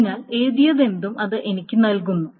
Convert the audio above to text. അതിനാൽ എഴുതിയതെന്തും അത് എനിക്ക് നൽകുന്നു